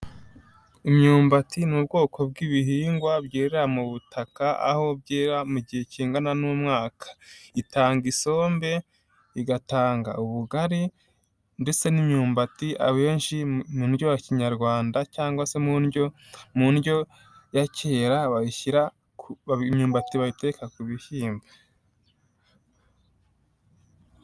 Imyumbati ni ubwoko bw'ibihingwa bwerera mu butaka aho byera mu gihe kingana n'umwaka, itanga isombe, igatanga ubugari ndetse n'imyumbati abenshi mu ndyo ya kinyarwanda cyangwa se mu ndyo mu ndyo ya kera bayishyira, imyumbati bayiteka ku bishyimbo.